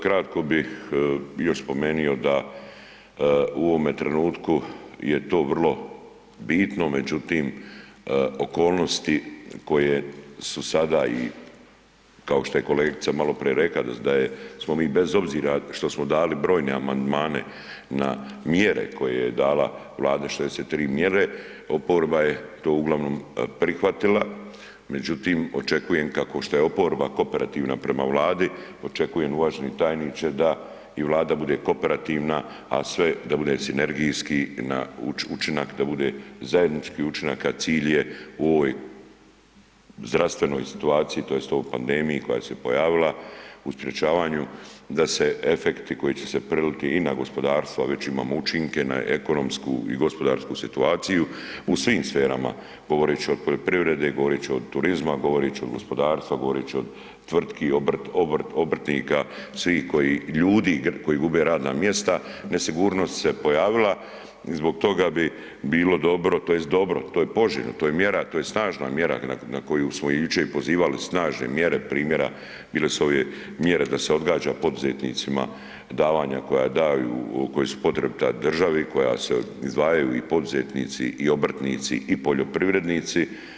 Kratko bih još spomenio da u ovome trenutku je to vrlo bitno, međutim okolnosti koje su sada i kao što je kolegica maloprije rekla, da je smo mi što smo dali brojne amandmane na mjere koje je dala Vlada, 63 mjere, oporba je to uglavnom prihvatila, međutim očekujem kako što je oporba koperativna prema Vladi, očekujem uvaženi tajniče da i Vlada bude koperativna, a sve da bude sinergijski na, učinak da bude zajednički učinak, a cilj je u ovoj zdravstvenoj situaciji tj. u ovoj pandemiji koja se pojavila u sprječavanju da se efekti koji će se preliti i na gospodarstva, a već imamo učinke na ekonomsku i gospodarsku situaciju u svim sferama, govoreći od poljoprivrede, govoreći od turizma, govoreći od gospodarstva, govoreći od tvrtki, obrtnika, svih koji, ljudi koji gube radna mjesta, nesigurnost se pojavila i zbog toga bi bilo dobro, tj. dobro, to je poželjno, to je mjera, to je snažna mjera na koju smo i jučer pozivali, snažne mjere primjera bile su ove mjere da se odgađa poduzetnicima davanja koja daju, koja su potrebita državi, koja se izdvajaju i poduzetnici i obrtnici i poljoprivrednici.